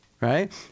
Right